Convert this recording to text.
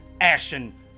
action